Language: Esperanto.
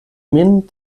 min